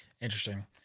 Interesting